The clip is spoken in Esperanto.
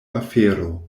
afero